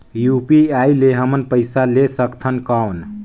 UPI ले हमन पइसा ले सकथन कौन?